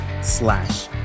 slash